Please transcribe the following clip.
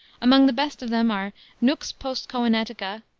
among the best of them are nux postcoenatica,